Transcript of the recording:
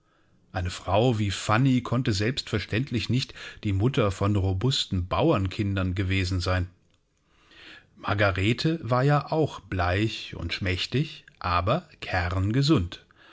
eine frau wie fanny konnte selbstverständlich nicht die mutter von robusten bauernkindern gewesen sein margarete war ja auch bleich und schmächtig aber